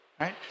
right